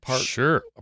Sure